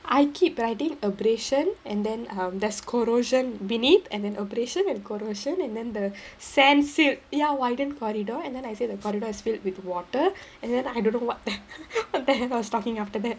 I keep writing abrasion and then um there's corrosion beneath and then abrasion and corrosion and then the sand sealed ya widened corridor and then I say the corridor is filled with water and then I don't know what the hell what the hell I was talking after that